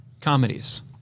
comedies